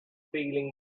feeling